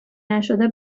نشده